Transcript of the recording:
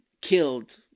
killed